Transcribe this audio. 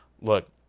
look